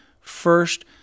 first